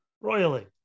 royally